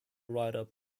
writer